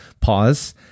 pause